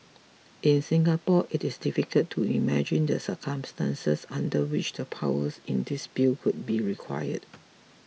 in Singapore it is difficult to imagine the circumstances under which the powers in this Bill could be required